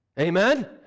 Amen